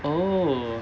oh